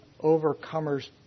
overcomers